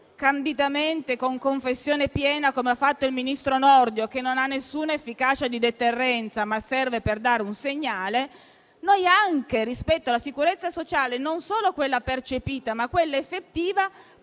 candidamente, con confessione piena, come ha fatto il ministro Nordio, che non ha nessuna efficacia di deterrenza, ma serve a dare un segnale, non solo rispetto alla sicurezza sociale percepita, ma anche a quella effettiva,